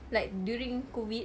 like during COVID